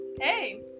hey